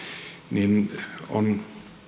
niin on